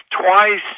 twice